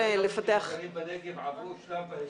בישובים בנגב דילגו על שלב החשמל.